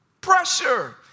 Pressure